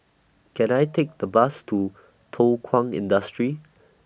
Can I Take The Bus to Thow Kwang Industry